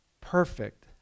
perfect